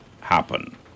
happen